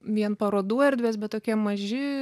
vien parodų erdvės bet tokie maži